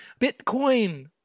Bitcoin